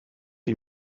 ich